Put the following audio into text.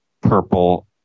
purple